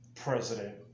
president